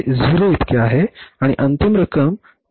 हे 000 इतके आहे आणि अंतिम रक्कम 272000 रुपये येईल